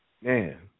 Man